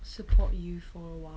support you for awhile